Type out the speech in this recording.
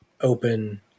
open